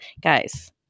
Guys